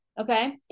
okay